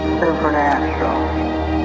Supernatural